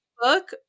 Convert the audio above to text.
book